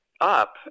up